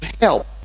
help